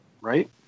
Right